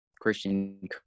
Christian